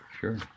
Sure